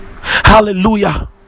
Hallelujah